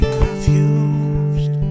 confused